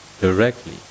directly